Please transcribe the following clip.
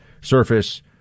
surface